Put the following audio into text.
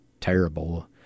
terrible